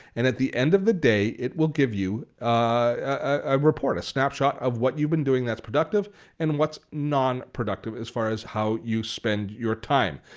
and at the end of the day, it will give you a report, a snapshot of what you've been doing that's productive and what's non-productive as far as how you spend your time.